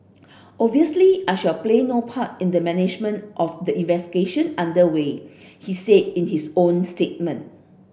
obviously I shall play no part in the management of the investigation under way he said in his own statement